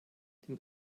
den